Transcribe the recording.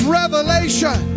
revelation